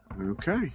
Okay